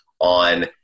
on